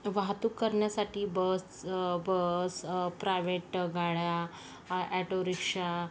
वाहतूक करण्यासाठी bus bus private गाड्या ऑ ऑटो रिक्शा